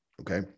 Okay